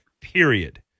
period